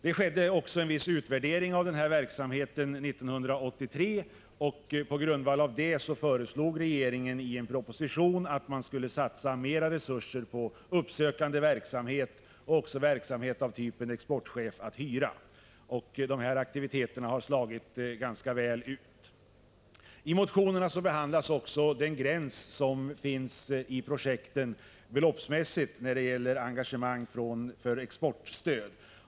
Det skedde också en viss utvärdering av verksamheten 1983. På grundval av den föreslog regeringen i en proposition att man skulle satsa mer resurser på uppsökande verksamhet och även på verksamhet av typen exportchef att hyra. Dessa aktiviteter har slagit ganska väl ut. I motionerna behandlas också den beloppsmässiga gräns som finns i projekten när det gäller engagemang för exportstöd.